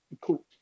Cool